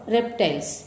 Reptiles